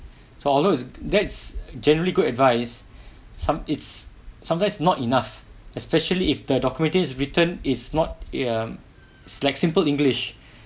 so although that's generally good advice some it's sometimes not enough especially if the document written is not in err like simple english